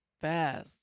fast